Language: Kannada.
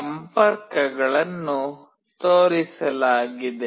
ಸಂಪರ್ಕಗಳನ್ನು ತೋರಿಸಲಾಗಿದೆ